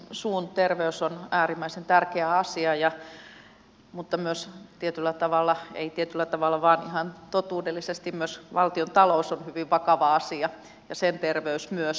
suun terveys on äärimmäisen tärkeä asia mutta myös tietyllä tavalla ei tietyllä tavalla vanhan totuudellisesti myös valtiontalous on hyvin vakava asia ja sen terveys myös